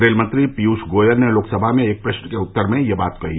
rail मंत्री पीयूष गोयल ने लोकसभा में एक प्रश्न के उत्तर में यह बात कही